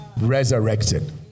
resurrected